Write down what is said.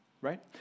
right